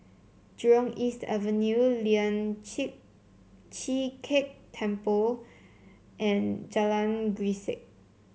Jurong East Avenue Lian Chee Kek Temple and Jalan Grisek